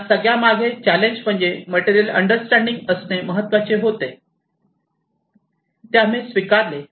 या सगळ्यामागे चॅलेंज म्हणजे मटेरियल अंडरस्टँडिंग असणे महत्त्वाचे होते ते आम्ही स्वीकारले